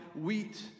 wheat